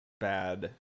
bad